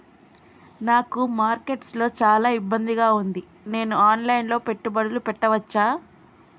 నాకు మార్కెట్స్ లో చాలా ఇబ్బందిగా ఉంది, నేను ఆన్ లైన్ లో పెట్టుబడులు పెట్టవచ్చా?